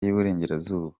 y’iburengerazuba